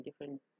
different